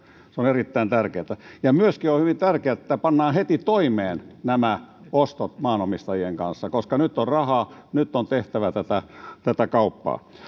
se on erittäin tärkeätä myöskin on hyvin tärkeätä että pannaan heti toimeen ostot maanomistajien kanssa koska nyt on rahaa nyt on tehtävä tätä tätä kauppaa